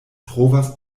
trovas